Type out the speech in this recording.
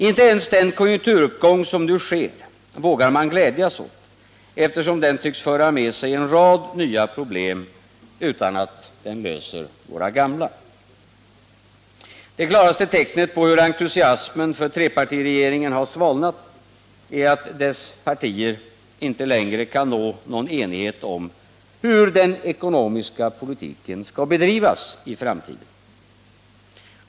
Inte ens den konjunkturuppgång som nu sker vågar man glädjas åt, eftersom den tycks föra med sig en rad nya problem utan att den löser våra gamla. Det klaraste tecknet på hur entusiasmen för trepartiregeringen har svalnat är att dess partier inte längre kan nå någon enighet om hur den ekonomiska politiken skall bedrivas i framtiden.